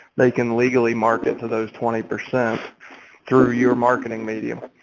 they can legally market to those twenty percent through your marketing medium.